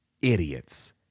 Idiots